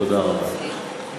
תודה רבה.